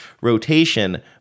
rotation